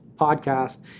podcast